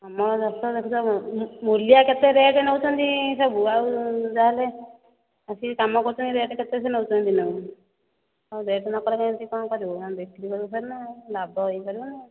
ମୂଲିଆ କେତେ ରେଟ୍ ନେଉଛନ୍ତି ସବୁ ଆଉ ଯାହା ହେଲେ ଆସିକି କାମ କରୁଛନ୍ତି ରେଟ୍ କେତେ ସେ ନେଉଛନ୍ତି ଦିନକୁ ରେଟ୍ ନ କଲେ କେମିତି କ'ଣ କରିବୁ ଆମେ ବିକ୍ରି କରିବୁ ଫେର୍ ନା ଲାଭ ହେବ ନା